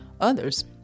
others